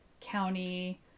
County